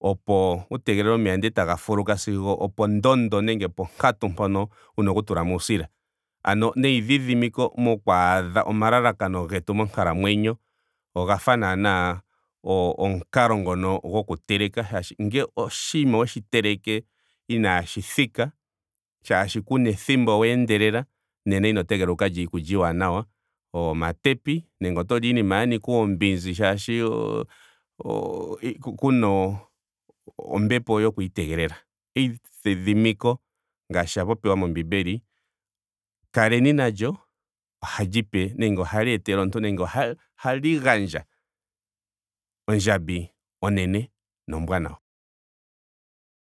opo wu tegelele omeya sigo taga fuluka sigo opondondo nenge oponkatumpoka wuna oku tulamo uusila. Ano neidhidhimiko mokwaadha omalakano getu monkalamwenyo oga fa naana omukalo ngoka goku teleka. shaashi ngele oshinima weshi teleke inaashi thika shaashi kuna ethimbo oweendelela. nena ino tegelela wu ka lye iikuya iiwanawa. omatepi. nenge otoli iinima ya nika oombinzi shaashi kuna ombepo yoku itegelela. Eidhidhimiko ngaashi shaa popiwa mombiimbeli kaleni nalyo. ohali pe nenge ohali gandja ondjambi onene nombwaanawa